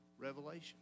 Revelation